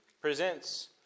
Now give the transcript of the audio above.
presents